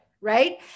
right